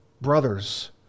brothers